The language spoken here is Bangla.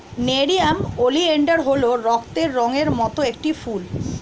নেরিয়াম ওলিয়েনডার হল রক্তের রঙের মত একটি ফুল